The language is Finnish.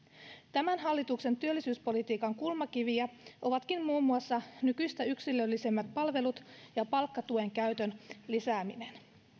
tämän hallituksen työllisyyspolitiikan kulmakiviä ovatkin muun muassa nykyistä yksilöllisemmät palvelut ja palkkatuen käytön lisääminen